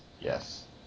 Yes